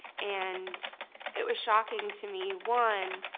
and it was shocking to me, one,